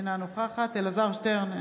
אינה נוכחת אלעזר שטרן,